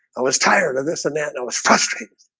i was tired of this and that no, it's frustrating